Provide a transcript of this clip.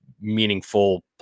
meaningful